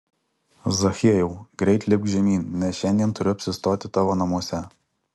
zachiejau greit lipk žemyn nes šiandien turiu apsistoti tavo namuose